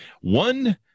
One